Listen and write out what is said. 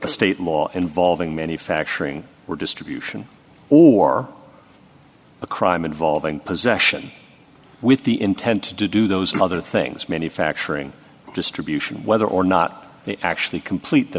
a state law involving many facts were distribution or a crime involving possession with the intent to do those other things manufacturing distribution whether or not they actually complete the